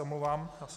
Omlouvám se.